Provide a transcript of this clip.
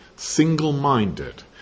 single-minded